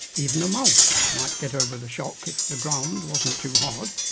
even a mouse might get over the shock if the ground wasn't too hard,